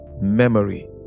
memory